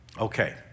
Okay